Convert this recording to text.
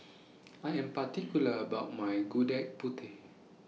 I Am particular about My Gudeg Putih